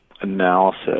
analysis